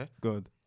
Good